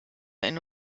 eine